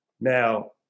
now